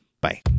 bye